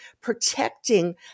protecting